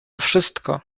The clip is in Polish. wszystko